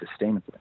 sustainably